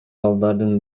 балдардын